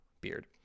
beard